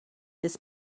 this